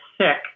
sick